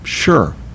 sure